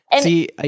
See